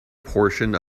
portion